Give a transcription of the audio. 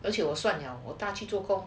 而且我算我搭去做工